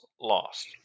lost